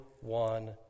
one